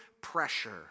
pressure